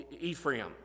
Ephraim